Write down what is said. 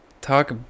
talk